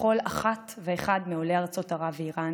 לכל אחת ואחד מעולי ארצות ערב ואיראן